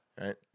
Right